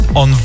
on